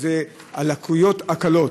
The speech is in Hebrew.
שזה בעלי הלקויות הקלות.